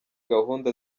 gahunda